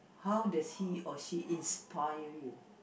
how does he or she inspire you